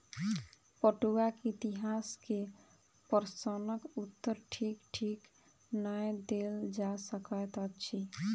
पटुआक इतिहास के प्रश्नक उत्तर ठीक ठीक नै देल जा सकैत अछि